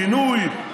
שינוי.